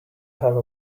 have